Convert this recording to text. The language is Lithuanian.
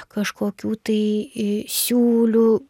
kažkokių tai siūlių